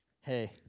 Hey